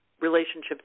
relationships